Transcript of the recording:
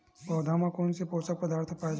पौधा मा कोन से पोषक पदार्थ पाए जाथे?